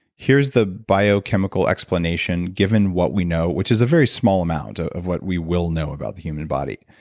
here's the biochemical explanation given what we know, which is a very small amount of what we will know about the human body,